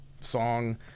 song